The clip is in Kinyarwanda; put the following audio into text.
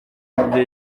mubyo